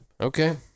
Okay